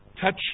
touch